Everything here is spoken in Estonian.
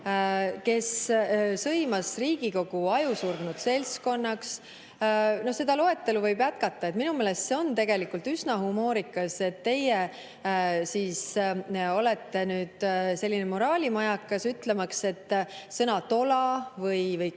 kes sõimas Riigikogu ajusurnud seltskonnaks. No seda loetelu võib jätkata. Minu meelest see on tegelikult üsna humoorikas, et teie olete nüüd selline moraalimajakas. Sõnad "tola" või